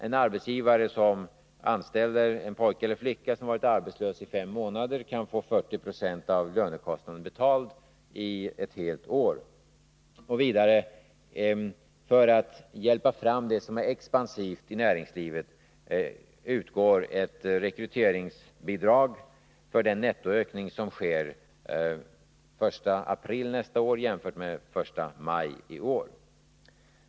En arbetsgivare som anställer en pojke eller flicka som varit arbetslös i fem månader kan få 40 90 av lönekostnaden betald i ett helt år. För att hjälpa fram expansiva delar i näringslivet utgår ett rekryteringsbidrag för den nettoökning som sker den 1 april nästa år jämfört med den 1 maj i år.